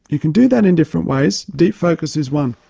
you can do that in different ways, de-focus is one.